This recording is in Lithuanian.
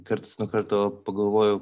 karts nuo karto pagalvoju